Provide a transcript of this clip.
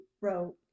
wrote